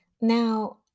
Now